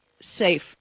safe